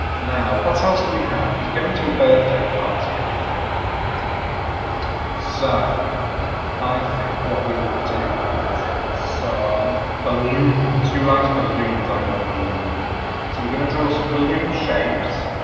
now what else do we have, he's going to a birthday party i think isn't he now so i think what we will do is have some balloons, who likes balloons, i love a balloon so we're gonna draw some balloon shapes,